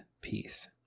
peace